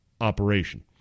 operation